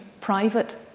private